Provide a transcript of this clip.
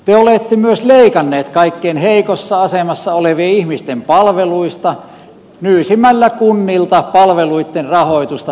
te olette myös leikanneet kaikkein heikoimmassa asemassa olevien ihmisten palveluista nyysimällä kunnilta palveluitten rahoitusta miljarditolkulla